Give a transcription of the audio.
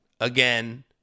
again